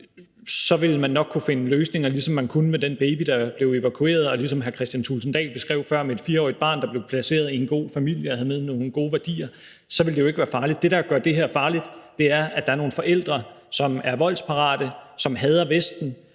så ville man nok kunne finde en løsning, ligesom man kunne med den baby, der blev evakueret, og ligesom hr. Kristian Thulesen Dahl beskrev før med et 4-årigt barn, der blev placeret i en god familie, som havde nogle gode værdier. Så ville det jo ikke være farligt. Det, der gør det her farligt, er, at der er nogle forældre, som er voldsparate, som hader Vesten,